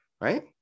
Right